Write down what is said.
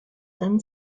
then